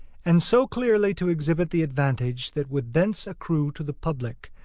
and so clearly to exhibit the advantage that would thence accrue to the public,